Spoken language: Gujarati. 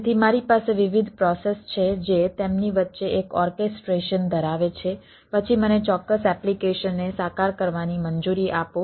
તેથી મારી પાસે વિવિધ પ્રોસેસ છે જે તેમની વચ્ચે એક ઓર્કેસ્ટ્રેશન ધરાવે છે પછી મને ચોક્કસ એપ્લિકેશનને સાકાર કરવાની મંજૂરી આપો